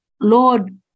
lord